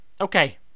Okay